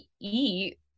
eat